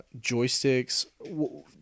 joysticks